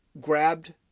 grabbed